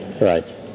Right